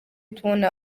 tubona